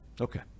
Okay